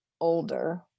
older